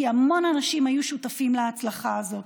כי המון אנשים היו שותפים להצלחה הזאת,